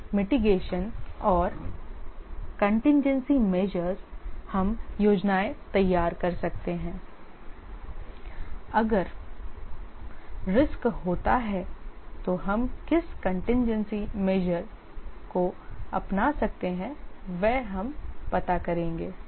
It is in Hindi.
रिस्क मिटिगेशन और कंटीन्जेसी मेजर हम योजनाएं तैयार कर सकते हैं अगर रिस्क होता है तो हम किस कंटीन्जेसी मेजर को अपना सकते हैं वह हम पता करेंगे